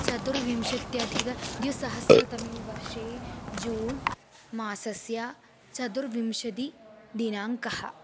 चतुर्विंशत्यधिकद्विसहस्रतमे वर्षे जून् मासस्य चतुर्विंशतिदिनाङ्कः